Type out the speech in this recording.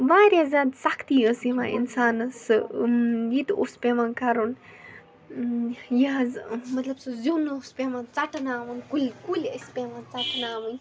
واریاہ زیادٕ سختی ٲس یِوان اِنسانَس یہِ تہٕ اوس پٮ۪وان کَرُن یہِ حظ مطلب سُہ زیُن اوس پٮ۪وان ژَٹہٕ ناوُن کُلۍ کُلۍ ٲسۍ پٮ۪وان ژَٹہٕ ناوٕنۍ